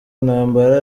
intambara